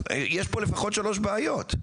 יש פה לפחות שלוש בעיות.